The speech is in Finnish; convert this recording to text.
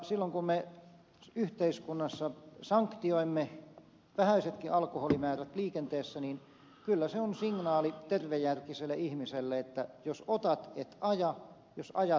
silloin kun me yhteiskunnassa sanktioimme vähäisetkin alkoholimäärät liikenteessä niin kyllä se on signaali tervejärkiselle ihmiselle että jos otat et aja jos ajat et ota